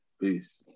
Peace